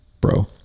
bro